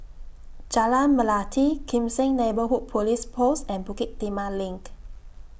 Jalan Melati Kim Seng Neighbourhood Police Post and Bukit Timah LINK